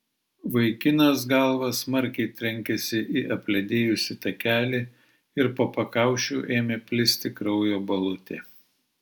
vaikinas galva smarkiai trenkėsi į apledėjusį takelį ir po pakaušiu ėmė plisti kraujo balutė